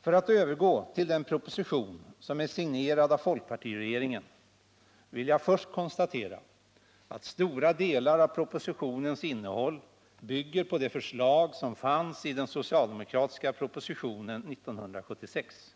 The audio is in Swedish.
För att så övergå till den proposition som är signerad av fp-regeringen vill jag för det första konstatera att stora delar av propositionens innehåll bygger på de förslag som fanns i den socialdemokratiska propositionen 1976.